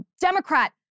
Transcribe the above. Democrat